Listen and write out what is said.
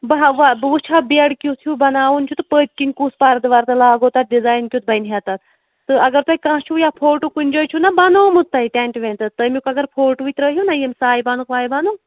بہٕ ہا وَ بہٕ وٕچھِ ہا بٮ۪ڈ کیُتھ ہیوٗ بناوُن چھُ تہٕ پٔتۍ کِنۍ کُس پَردٕ وَردٕ لاگو تَتھ ڈِزایِن کیُتھ بَنہِ ہہ تَتھ تہٕ اگر تۄہہِ کانٛہہ چھُو یا فوٹوٗ کُنہِ جایہِ چھُو نا بنوومُت تۄہہِ ٹٮ۪نٛٹہٕ وٮ۪نٛٹہٕ تَمیُک اگر فوٹوٗوٕے ترٛٲیہوٗ نہ ییٚمہِ ساے بانُک واے بانُک